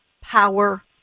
power